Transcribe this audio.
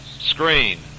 screen